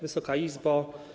Wysoka Izbo!